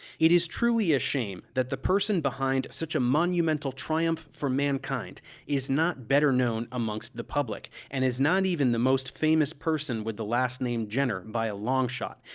it is truly a shame that the person behind such a monumental triumph for mankind is not better known amongst the public, and is not even the most famous person with the last name jenner by a longshot,